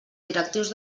directius